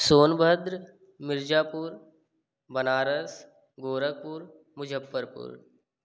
Sonbhadra Mirzapur Banaras Gorakhpur Muzaffarpur